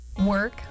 Work